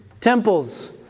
temples